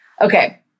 Okay